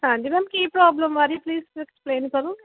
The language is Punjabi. ਹਾਂਜੀ ਮੈਮ ਕੀ ਪ੍ਰੋਬਲਮ ਆ ਰਹੀ ਪਲੀਜ਼ ਐਕਸਪਲੇਨ ਕਰੋਗੇ